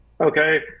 Okay